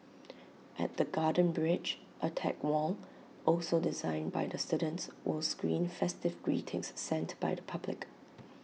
at the garden bridge A tech wall also designed by the students was screen festive greetings sent by the public